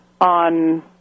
on